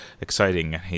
exciting